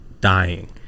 dying